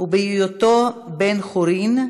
ובהיותו בן-חורין,